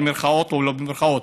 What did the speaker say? במירכאות או לא במירכאות,